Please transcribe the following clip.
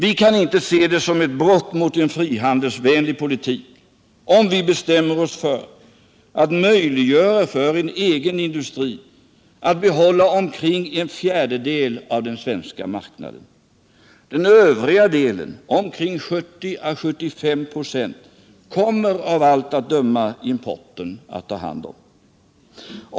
Vi kan inte se det som ett brott mot en frihandelsvänlig politik, om vi bestämmer oss för att möjliggöra för en egen industri att behålla omkring en fjärdedel av den — Nr 98 svenska marknaden. Den övriga delen, 70 å 75 926, kommer av allt att döma importen att ta hand om.